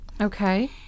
Okay